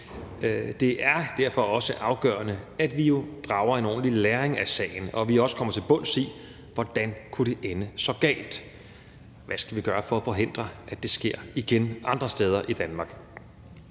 Det er derfor også afgørende, at vi drager en ordentlig læring af sagen, og at vi også kommer til bunds i, hvordan det kunne ende så galt, og hvad vi skal gøre for at forhindre, at det sker igen andre steder i Danmark.